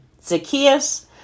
Zacchaeus